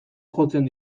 jotzen